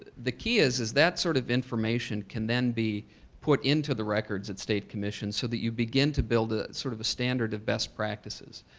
the key is that that sort of information can then be put into the records at state commission so that you begin to build ah sort of a standard of best practices.